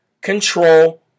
control